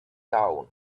town